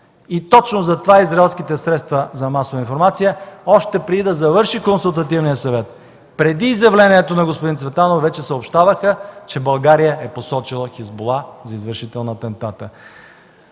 Точно затова израелските средства за масова информация, още преди да завърши Консултативният съвет, преди изявлението на господин Цветанов, вече съобщаваха, че България е посочила „Хизбула” за извършител на атентата.